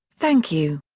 thank you.